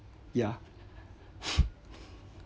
yeah